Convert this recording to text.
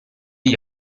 gli